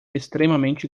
extremamente